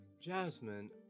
Jasmine